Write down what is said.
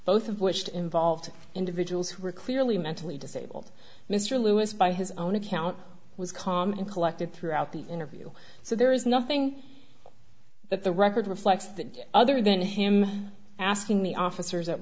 both of which to involved individuals who were clearly mentally disabled mr lewis by his own account was calm and collected throughout the interview so there is nothing that the record reflects that other than him asking me officers at